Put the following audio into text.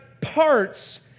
parts